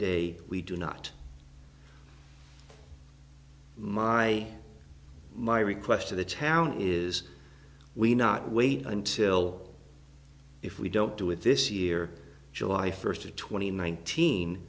day we do not my my request to the town is we not wait until if we don't do it this year july first to twenty nineteen